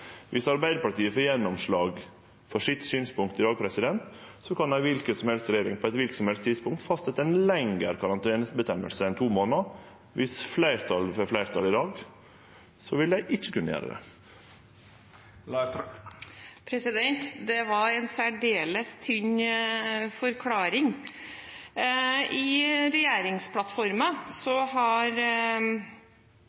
Viss Arbeidarpartiet får gjennomslag for sitt synspunkt i dag, kan kva regjering som helst på kva tidspunkt som helst fastsetje ei lengre karanteneføresegn enn to månader. Viss fleirtalet får fleirtal i dag, vil dei ikkje kunne gjere det. Det var en særdeles tynn forklaring. I